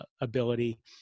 ability